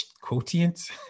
Quotient